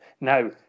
Now